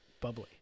bubbly